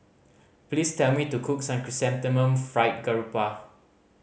please tell me to cook Chrysanthemum Fried Garoupa